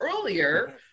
earlier